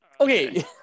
Okay